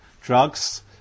drugs